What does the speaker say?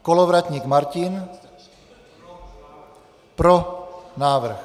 Kolovratník Martin: Pro návrh.